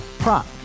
Prop